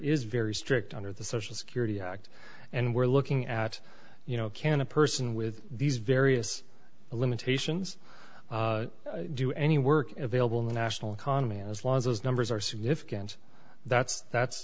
is very strict under the social security act and we're looking at you know can a person with these various limitations do any work available in the national economy as long as those numbers are significant that's that's